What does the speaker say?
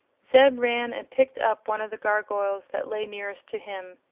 zeb ran and picked up one of the gargoyles that lay nearest to him.